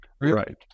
Right